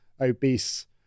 obese